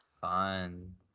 Fun